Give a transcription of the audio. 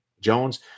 Jones